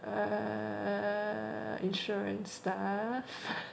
err insurance stuff